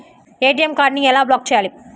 ATM కార్డుని ఎలా block చేయాలి?